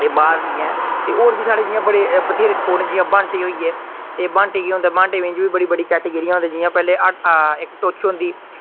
ऐ बाहर नेईं ऐ और बी साढ़े जियां बडे़ बत्थरे स्पोर्ट न जियां ब्हांटे होई गे ते ब्हांटे केह् होंदा ऐ ब्हांटे बिच बी बड़ी बड्डी केटागिरयां होंदियां जियां पैहलें इक टुच होंदी